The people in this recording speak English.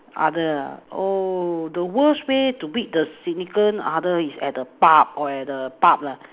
other ah oh the worst way to meet the significant other is at the pub or at the pub lah